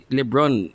LeBron